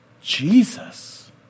Jesus